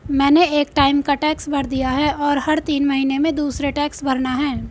मैंने एक टाइम का टैक्स भर दिया है, और हर तीन महीने में दूसरे टैक्स भरना है